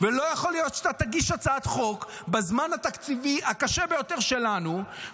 ולא יכול להיות שתגיש הצעת חוק בזמן התקציבי הקשה ביותר שלנו,